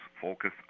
focus